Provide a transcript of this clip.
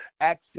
access